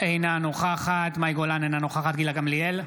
אינה נוכחת מאי גולן, אינה נוכחת גילה גמליאל,